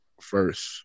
first